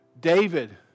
David